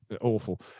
Awful